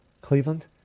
Cleveland